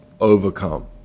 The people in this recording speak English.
overcome